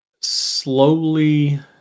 slowly